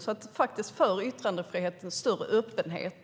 Det handlar alltså om yttrandefrihet och en större öppenhet.